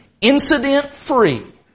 incident-free